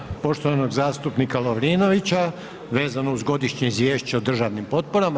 Odgovor poštovanog zastupnika Lovrinovića, vezano uz Godišnje izvješće o državnim potporama.